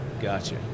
Gotcha